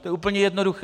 Je to úplně jednoduché.